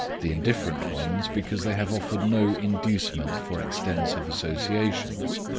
the indifferent ones because they have offered no inducement for extensive associations,